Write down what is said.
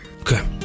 Okay